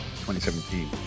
2017